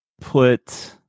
put